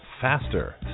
Faster